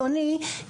אדוני,